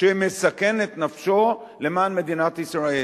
שמסכן את נפשו למען מדינת ישראל.